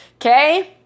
okay